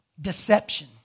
deception